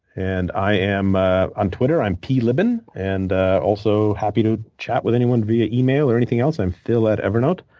and i am ah on twitter. i'm plibin. and also, happy to chat with anyone via email or anything else. i'm phil at evernote.